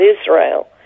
Israel